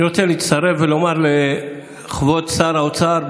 אני רוצה להצטרף ולומר לכבוד שר האוצר,